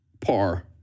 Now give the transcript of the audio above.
par